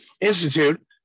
institute